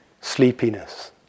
sleepiness